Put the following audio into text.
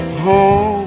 home